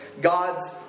God's